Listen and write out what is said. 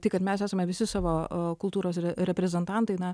tai kad mes esame visi savo kultūros reprezentantai na